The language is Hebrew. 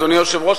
אדוני היושב-ראש,